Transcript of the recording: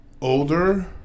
older